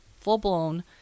full-blown